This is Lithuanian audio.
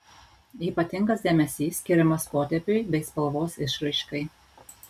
ypatingas dėmesys skiriamas potėpiui bei spalvos išraiškai